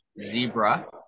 Zebra